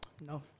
No